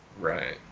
Right